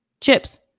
chips